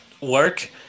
work